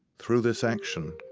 through this action,